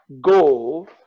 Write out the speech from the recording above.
go